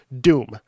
Doom